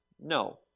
no